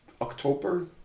October